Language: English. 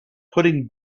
putting